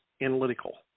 analytical